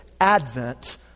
Advent